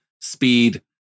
speed